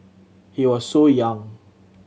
he was so young